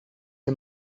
een